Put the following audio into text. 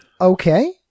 Okay